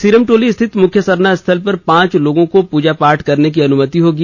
सिरम टोली स्थित मुख्य सरना स्थल पर पांच लोगों को पूजा पाठ करने की अनुमति होगी